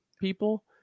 people